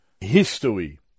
history